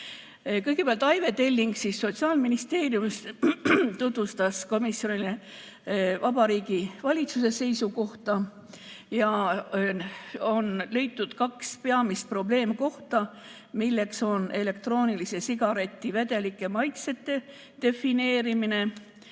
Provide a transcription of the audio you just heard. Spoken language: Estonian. Kõigepealt Aive Telling Sotsiaalministeeriumist tutvustas komisjonile Vabariigi Valitsuse seisukohta. On leitud kaks peamist probleemkohta, milleks on elektroonilise sigareti vedelike maitsete defineerimine